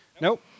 Nope